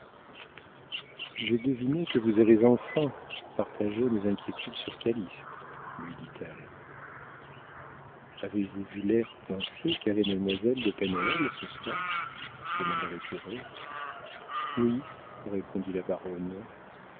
j'ai deviné que vous avez enfin partagé mes inquiétudes sur calyste lui dit-elle avez-vous vu l'air pincé qu'avait mademoiselle de pen hoël ce soir demanda le curé oui répondit la baronne